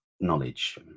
knowledge